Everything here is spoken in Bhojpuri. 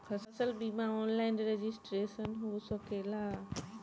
फसल बिमा ऑनलाइन रजिस्ट्रेशन हो सकेला?